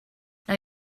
now